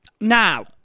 now